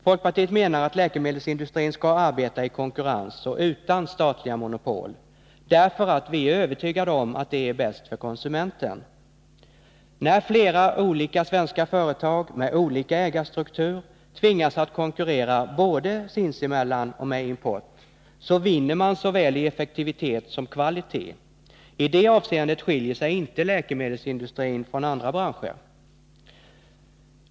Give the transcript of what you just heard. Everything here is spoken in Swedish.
Folkpartiet menar att läkemedelsindustrin skall arbeta i konkurrens och utan statliga monopol, därför att vi är övertygade om att det är bäst för konsumenten. När flera olika svenska företag med olika ägarstruktur tvingas så att konkurrera både sinsemellan och med import, vinner man i såväl effektivitet som kvalitet. I det avseendet skiljer sig inte läkemedelsindustrin från andra branscher.